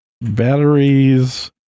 batteries